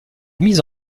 mise